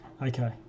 Okay